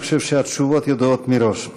אני חושב שהתשובות ידועות מראש.